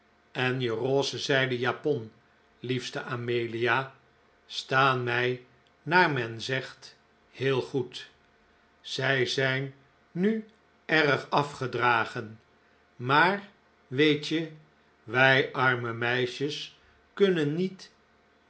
en je roze zijden japon liefste amelia staan mij naar men zegt heel goed zij zijn nu erg afgedragen maar weet je wij arme meisjes kunnen niet